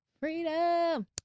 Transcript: Freedom